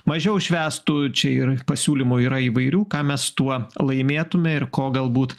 mažiau švęstų čia ir pasiūlymų yra įvairių ką mes tuo laimėtume ir ko galbūt